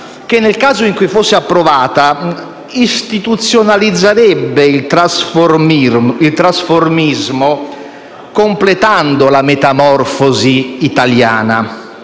che, nel caso in cui fosse approvata, istituzionalizzerebbe il trasformismo completando la metamorfosi italiana.